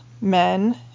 men